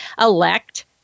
elect